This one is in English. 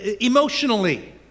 Emotionally